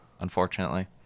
unfortunately